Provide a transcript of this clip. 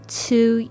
two